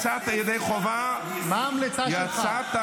ביחד עם חצי מחבריך הפכת את המפלגה